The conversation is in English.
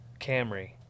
Camry